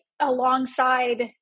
alongside